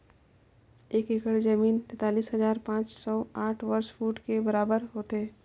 एक एकड़ जमीन तैंतालीस हजार पांच सौ साठ वर्ग फुट के बराबर होथे